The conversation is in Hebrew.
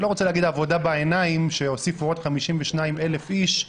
אני לא רוצה להגיד עבודה בעיניים שהוסיפו עוד 52,000 איש,